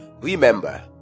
Remember